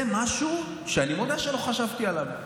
זה משהו שאני מודה שלא חשבתי עליו.